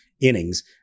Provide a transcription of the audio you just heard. innings